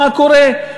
מה קורה,